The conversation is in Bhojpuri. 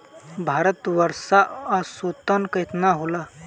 भारत में वर्षा औसतन केतना होला?